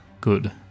Good